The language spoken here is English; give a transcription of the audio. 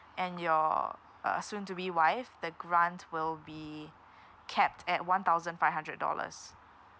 and your uh soon to be wife the grant will be capped at one thousand five hundred dollars